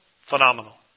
phenomenal